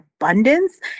abundance